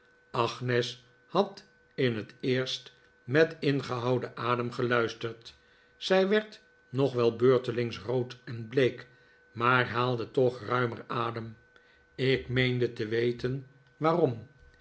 agnes had in het eerst met ingehouden adem geluisterd zij werd nog wel beurtelings rood en bleek maar haalde toch rainier adem ik meende te weten waarom